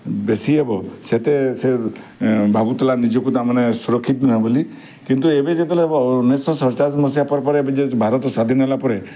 ବେଶି ହେବ ସେତେ ସେ ଭାବୁଥିଲା ନିଜକୁ ତା' ମାନେ ସୁରକ୍ଷିତ ନୁହେଁ ବୋଲି କିନ୍ତୁ ଏବେ ଯେତେବେଳେ ଉଣେଇଶହ ସତ ଚାଳିଶ ମସିହା ପରେ ପରେ ଭାରତ ସ୍ୱାଧୀନ ହେଲା ପରେ